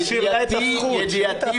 נשאיר להן את הזכות, שהיא תעשה את זה בזכות.